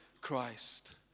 Christ